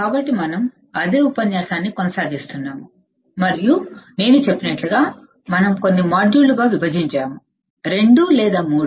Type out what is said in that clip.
కాబట్టి మనం అదే ఉపన్యాసాన్ని కొనసాగిస్తున్నాము మరియు నేను చెప్పినట్లుగా మనం కొన్ని మాడ్యూళ్ళగా విభజించాము 2 లేదా 3